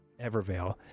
Evervale